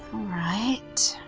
alright,